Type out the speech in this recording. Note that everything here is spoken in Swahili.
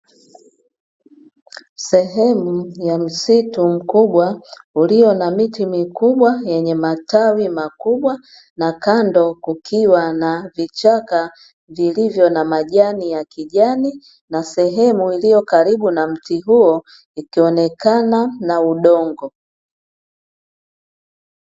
Sehemu ya msitu mkubwa ulio na miti mikubwa yenye matawi makubwa, na kando kukiwa na vichaka vilivyo na majani ya kijani na sehemu iliyo karibu na mti huo ikionekana na udongo.